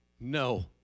No